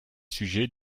sujets